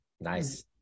Nice